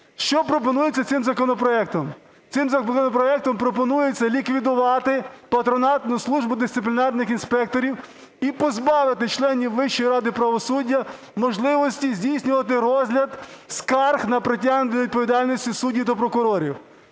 Що пропонується цим законопроектом? Цим законопроектом пропонується ліквідувати патронатну службу дисциплінарних інспекторів і позбавити членів Вищої ради правосуддя можливості здійснювати розгляд скарг на притягнення до відповідальності суддів та прокурорів.